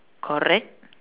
correct